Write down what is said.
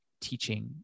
teaching